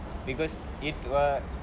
because it will